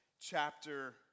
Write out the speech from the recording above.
chapter